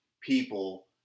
people